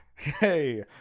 hey